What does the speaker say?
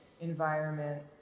environment